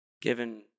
given